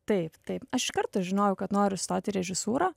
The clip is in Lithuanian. taip taip aš iš karto žinojau kad noriu stot į režisūrą